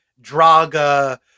Draga